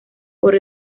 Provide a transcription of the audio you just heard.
por